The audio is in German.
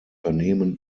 unternehmen